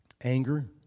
anger